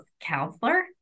counselor